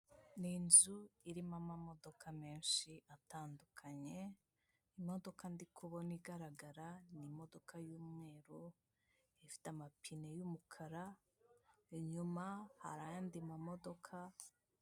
Serivisi za banki ya kigali zegerejwe abaturage ahanga baragaragaza uko ibikorwa biri kugenda bikorwa aho bagaragaza ko batanga serivisi zo kubika, kubikura, kuguriza ndetse no kwakirana yombi abakiriya bakagira bati murakaza neza.